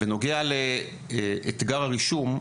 בנוגע לאתגר הרישום,